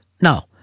No